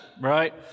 right